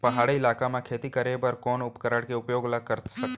पहाड़ी इलाका म खेती करें बर कोन उपकरण के उपयोग ल सकथे?